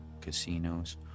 casinos